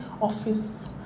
office